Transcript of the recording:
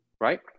right